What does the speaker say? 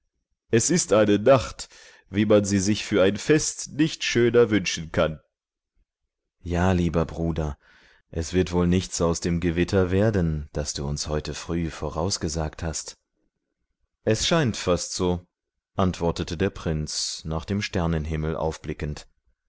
es ist eine nacht wie man sie sich für ein fest nicht schöner wünschen kann ja lieber bruder es wird wohl nichts aus dem gewitter werden das du uns heute früh vorausgesagt hast es scheint fast so antwortete der prinz nach dem sternenhimmel aufblickend